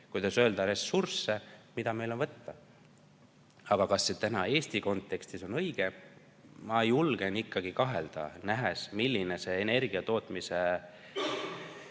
neid ressursse, mida meil on võtta. Aga kas see täna Eesti kontekstis on õige? Ma julgen ikkagi kahelda, nähes, milline on energiatootmise